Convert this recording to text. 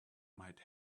might